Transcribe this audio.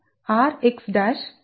015576m